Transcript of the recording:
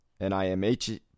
NIMH